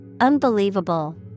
Unbelievable